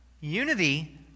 unity